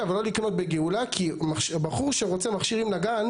ולא לקנות בגאולה כי בחור שרוצה מכשיר עם נגן,